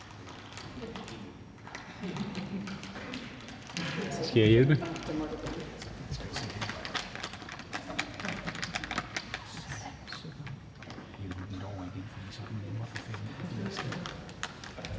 Hvad er det